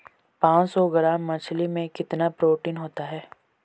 पांच सौ ग्राम मछली में कितना प्रोटीन होता है?